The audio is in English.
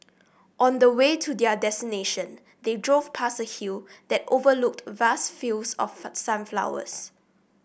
on the way to their destination they drove past a hill that overlooked vast fields of sunflowers